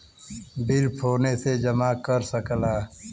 bill फोने से जमा कर सकला